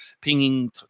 pinging